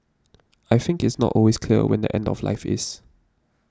I think it's not always clear when the end of life is